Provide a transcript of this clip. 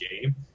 game